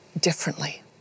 differently